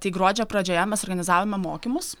tai gruodžio pradžioje mes organizavome mokymus